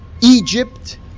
Egypt